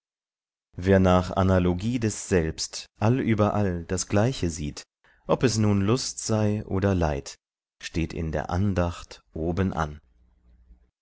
wer nach analogie des selbst allüberall das gleiche sieht ob es nun lust sei oder leid steht in der andacht obenan